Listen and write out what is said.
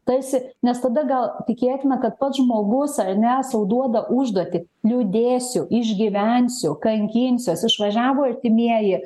tarsi nes tada gal tikėtina kad pats žmogus ar ne sau duoda užduotį liūdėsiu išgyvensiu kankinsiuos išvažiavo artimieji